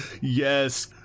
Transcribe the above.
Yes